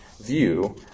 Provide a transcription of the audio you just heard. view